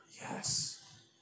Yes